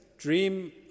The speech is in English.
Dream